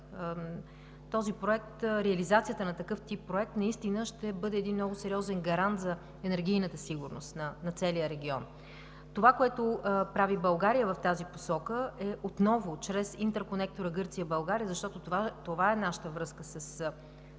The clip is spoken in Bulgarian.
проект. Реализацията на такъв тип проект наистина ще бъде много сериозен гарант за енергийната сигурност на целия регион. Това, което прави България в тази посока, е отново чрез интерконектора Гърция – България, защото това е нашата връзка с